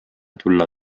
tulla